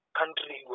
Country